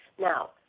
Now